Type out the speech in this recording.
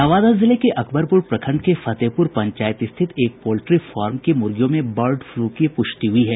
नवादा जिले के अकबरप्र प्रखंड के फतेहप्र पंचायत स्थित एक पोल्ट्री फार्म की मुर्गियों में बर्ड फलू की पुष्टि हुई है